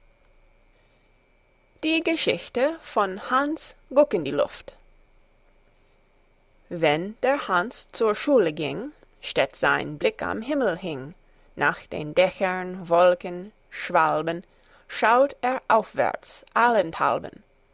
die geschichte vom hanns guck in die luft wenn der hanns zur schule ging stets sein blick am himmel hing nach den dächern wolken schwalben schaut er aufwärts allenthalben